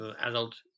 adult